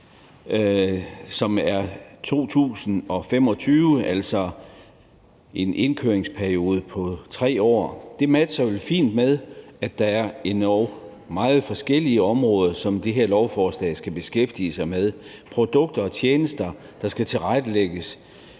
som er i 2025, altså en indkøringsperiode på 3 år. Og det matcher jo fint, at der er endog meget forskellige områder, som det her lovforslag skal beskæftige sig med – produkter og tjenester, der skal tilrettelægges